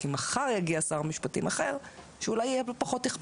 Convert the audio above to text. כי מחר יגיע שר משפטים אחר שאולי יהיה לו פחות איכפת.